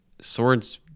swords